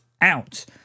out